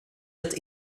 ett